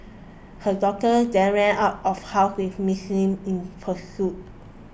her daughter then ran out of house with Miss Li in pursuit